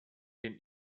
den